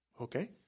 okay